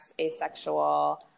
asexual